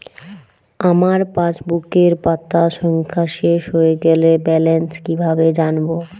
আমার পাসবুকের পাতা সংখ্যা শেষ হয়ে গেলে ব্যালেন্স কীভাবে জানব?